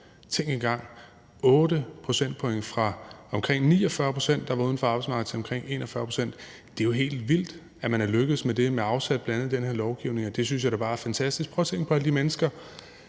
Tænk engang: 8 procentpoint, fra at det var omkring 49 pct., der var uden for arbejdsmarkedet, til at det er omkring 41 pct. Det er jo helt vildt, at man er lykkedes med det, bl.a. med afsæt i den her lovgivning. Det synes jeg da bare er fantastisk. Prøv at tænke på alle de mennesker,